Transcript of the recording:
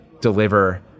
deliver